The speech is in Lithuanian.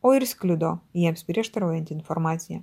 o ir sklido jiems prieštaraujanti informacija